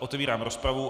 Otevírám rozpravu.